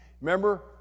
Remember